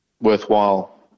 worthwhile